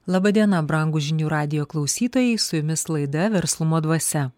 laba diena brangūs žinių radijo klausytojai su jumis laida verslumo dvasia